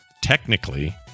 technically